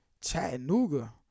Chattanooga